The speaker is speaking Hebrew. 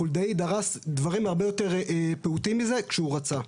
חולדאי דרס דברים הרבה יותר פעוטים מזה כשהוא רצה.